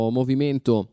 movimento